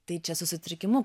tai čia su sutrikimu